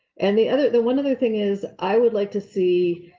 and the other, the one other thing is, i would like to see.